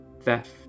theft